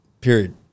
period